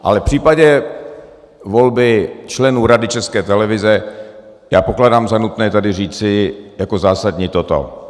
Ale v případě volby členů Rady České televize pokládám za nutné tady říci jako zásadní toto.